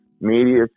media